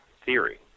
theory